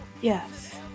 Yes